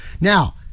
Now